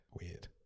Weird